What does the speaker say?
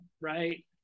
right